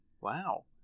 Wow